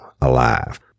alive